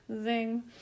zing